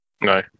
No